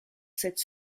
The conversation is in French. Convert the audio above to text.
cette